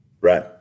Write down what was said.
Right